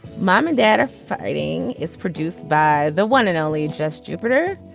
mom and dad are fighting. it's produced by the one and only just jupiter.